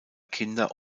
kinder